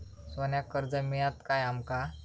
सोन्याक कर्ज मिळात काय आमका?